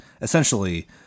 essentially